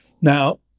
Now